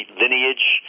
lineage